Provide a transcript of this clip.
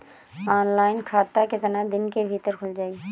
Online खाता केतना दिन के भीतर ख़ुल जाई?